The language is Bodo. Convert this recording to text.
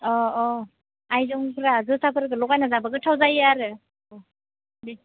अ अ आइजंफोरा जोसाफोरखौ लगायना जाबा गोथाव जायो आरो अ